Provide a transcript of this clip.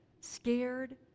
scared